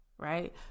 right